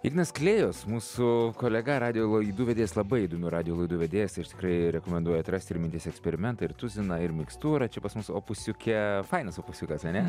ignas klėjus mūsų kolega radijo laidų vedėjas labai įdomių radijo laidų vedėjas ir tikrai rekomenduoju atrasti ir minties eksperimentą ir tuziną ir mikstūrą čia pas mus opusiuke fainas pousiukas ane